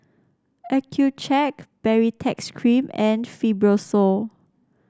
Accucheck Baritex Cream and Fibrosol